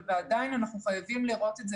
אבל עדיין אנחנו חייבים לראות את זה